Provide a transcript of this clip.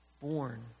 born